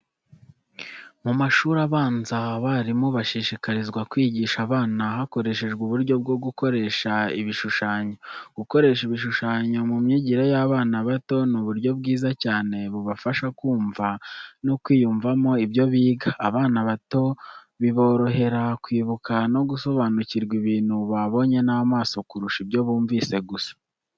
Mu mashuri abanza abarimu bashishikarizwa kwigisha abana hakoreshejwe uburyo bwo gukoresha ibishushanyo. Gukoresha ibishushanyo mu myigire y’abana bato ni uburyo bwiza cyane bubafasha kumva no kwiyumvamo ibyo biga. Abana bato biborohera kwibuka no gusobanukirwa ibintu babonye n’amaso kurusha ibyo bumvise gusa.